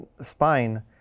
spine